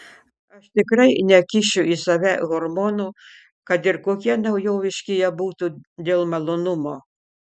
aš tikrai nekišiu į save hormonų kad ir kokie naujoviški jie būtų dėl malonumo